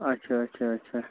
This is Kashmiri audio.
اَچھا اَچھا اَچھا